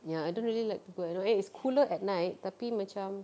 ya I don't really like to go at night it is cooler at night tapi macam